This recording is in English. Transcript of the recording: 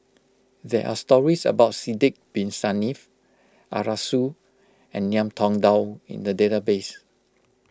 there are stories about Sidek Bin Saniff Arasu and Ngiam Tong Dow in the database